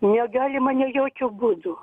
negalima nei jokiu būdu